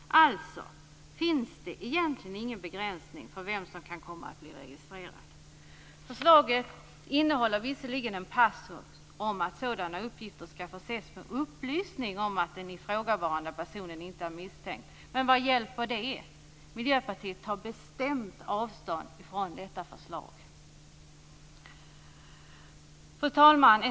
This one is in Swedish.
Egentligen finns det alltså ingen begränsning när det gäller vem som kan komma att bli registrerad. Förslaget innehåller visserligen en passus om att sådana uppgifter skall förses med en upplysning om att den ifrågavarande personen inte är misstänkt. Men vad hjälper det? Vi i Miljöpartiet tar bestämt avstånd från detta förslag. Fru talman!